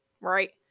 right